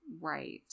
Right